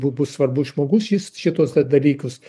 bu bus svarbus žmogus jis šituos dalykus